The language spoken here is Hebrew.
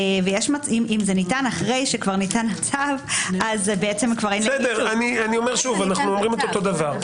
ואם זה ניתן אחרי שכבר ניתן הצו- -- אנו אומרים אותו דבר.